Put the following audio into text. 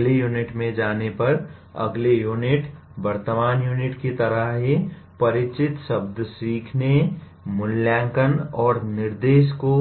अगली यूनिट में जाने पर अगली यूनिट वर्तमान यूनिट की तरह ही परिचित शब्द सीखने मूल्यांकन और निर्देश को